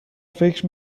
فکر